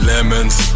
Lemons